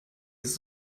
ist